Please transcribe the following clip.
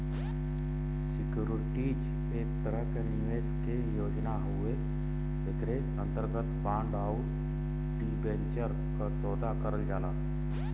securities एक तरह एक निवेश के योजना हउवे एकरे अंतर्गत बांड आउर डिबेंचर क सौदा करल जाला